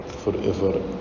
Forever